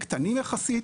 קטנים יחסית,